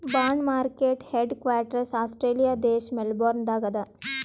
bond market head quarters Australia ದೇಶ್ Melbourne ದಾಗ್ ಅದಾ